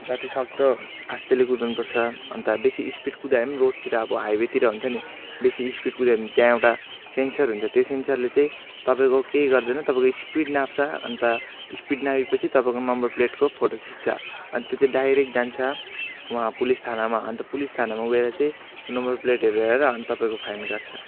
जति सक्दो आस्तेले कुदाउनु पर्छ अन्त बेसी स्पिड कुदायो भने पनि रोडतिर अब हाइवेतिर हुन्छ नि बेसी स्पिड कुद्यो भने त्यहाँ एउटा सेन्सर हुन्छ त्यो सेन्सरले चाहिँ तपाईँको केही गर्दैन तपाईँको स्पिड नाप्छ अन्त स्पिड नापेपछि तपाईँको नम्बर प्लेटको फोटो खिच्छ अन्त त्यो चाहिँ डाइरेक्ट जान्छ वहाँ पुलिस थानामा अन्त पुलिस थानामा गएर चाहिँ नम्बर प्लेटहरू हेरेर अनि तपाईँको फाइन काट्छ